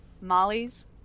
Molly's